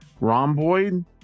Rhomboid